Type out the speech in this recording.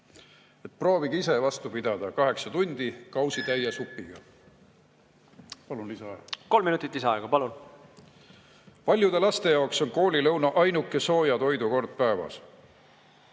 Proovige ise vastu pidada kaheksa tundi kausitäie supiga. Palun lisaaega. Kolm minutit lisaaega, palun! Paljude laste jaoks on koolilõuna ainuke sooja toidu kord päevas.